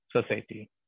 society